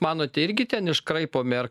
manote irgi ten iškraipomi ar